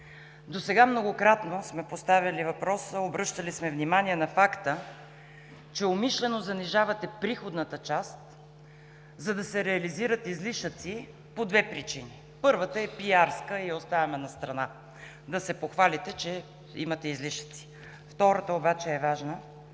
Досега многократно сме поставяли въпроса, обръщали ли сме внимание на факта, че умишлено занижавате приходната част, за да се реализират излишъци по две причини. Първата е пиарска и я оставяме настрана – да се похвалите, че имате излишъци. Втората обаче е важна.